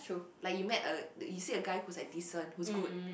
like you met a you see a guy who is like decent who is good